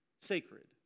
sacred